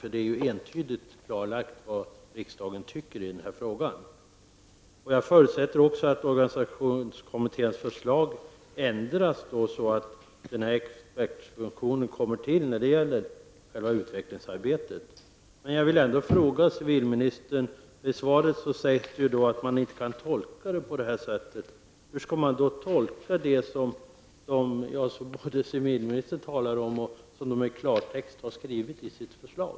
Det är ju entydigt klarlagt vad riksdagen anser i denna fråga. Jag förutsätter också att organisationskommitténs förslag ändras så att denna expertfunktion tillkommer när det gäller själva utvecklingsarbetet. Men jag vill ändå ställa en fråga till civilministern. I svaret sägs det att kommitténs förslag inte kan tolkas som att någon förändring av riksdagens ställningstagande är aktuell. Hur skall man då tolka det som civilministern talar om och som organisationskommittén i klartext har skrivit i sitt förslag?